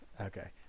Okay